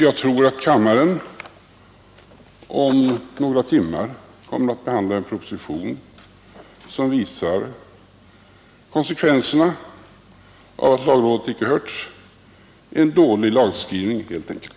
Jag tror att riksdagen om några timmar kommer att behandla en proposition som visar konsekvenserna av att lagrådet icke hörts — en dålig lagskrivning helt enkelt.